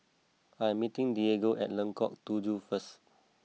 I am meeting Diego at Lengkong Tujuh first